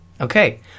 okay